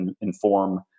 inform